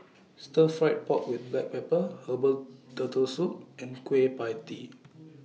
Stir Fried Pork with Black Pepper Herbal Turtle Soup and Kueh PIE Tee